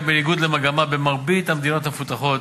שבניגוד למגמה שבמרבית המדינות המפותחות,